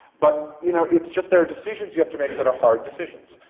but you know, it's just there are decisions you have to make that are hard decisions.